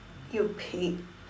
you pig